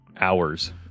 hours